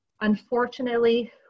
Unfortunately